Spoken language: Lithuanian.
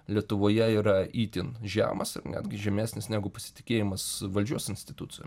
lietuvoje yra itin žemas ir netgi žemesnis negu pasitikėjimas valdžios institucijom